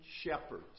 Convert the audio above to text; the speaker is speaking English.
shepherds